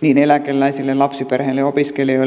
niin eläkeläisille lapsiperheille opiskelijoille kuin työttömille